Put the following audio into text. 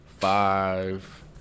five